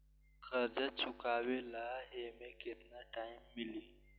कर्जा चुकावे ला एमे केतना टाइम मिली?